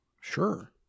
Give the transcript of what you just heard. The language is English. Sure